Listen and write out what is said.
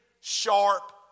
sharp